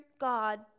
God